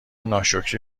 ناشکری